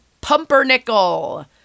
Pumpernickel